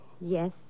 Yes